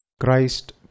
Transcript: Christ